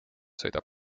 sõidab